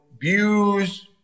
views